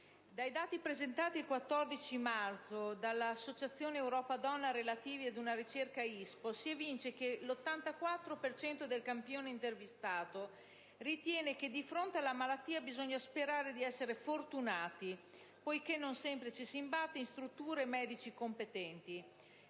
dai dati presentati il 14 marzo dall'associazione Europa Donna, relativi ad una ricerca ISPO, si evince che l'84 per cento del campione intervistato ritiene che di fronte alla malattia bisogna sperare di essere fortunati, poiché non sempre ci si imbatte in strutture e medici competenti.